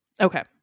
Okay